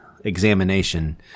examination